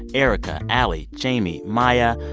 erica, allie, jamie, maya,